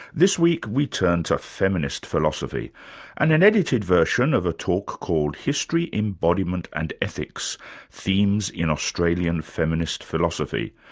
this week, we turn to feminist philosophy and an edited version of a talk called history, embodiment and ethics themes in australian feminist philosophy',